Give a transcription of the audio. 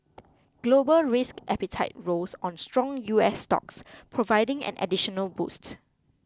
global risk appetite rose on strong U S stocks providing an additional boost